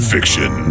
Fiction